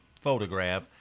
photograph